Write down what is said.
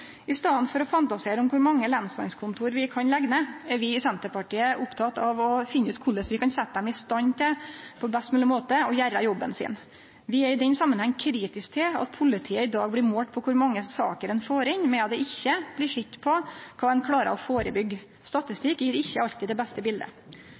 I staden for å fantasere om kor mange lensmannskontor vi kan leggje ned, er vi i Senterpartiet opptekne av å finne ut korleis vi kan setje dei i stand til på best mogleg måte å gjere jobben sin. Vi er i den samanhengen kritiske til at politiet i dag blir målt på kor mange saker ein får inn, medan det ikkje blir sett på kva ein klarer å